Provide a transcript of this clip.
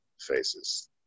faces